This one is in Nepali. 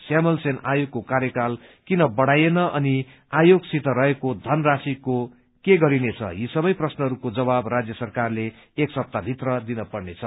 श्यामल सेन आयोगको र्कायकाल किन बढ़ाइएन अनि आयोग सित रहेको धन राषिको के गरिनेछ यी सबै प्रश्नहरूको जवाब राज्य सरकारले एक सप्ताह भित्रमा दिन पर्नेछ